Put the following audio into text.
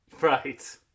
Right